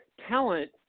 talent